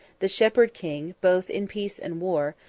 the shepherd king, both in peace and war,